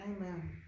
Amen